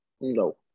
no